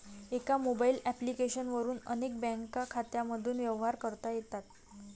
एका mobile application वरून अनेक बँक खात्यांमधून व्यवहार करता येतात